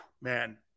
Man